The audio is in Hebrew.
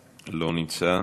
לא נמצא,